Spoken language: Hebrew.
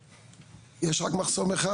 יש רק מחסום אחד,